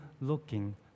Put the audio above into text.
looking